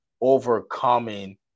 Overcoming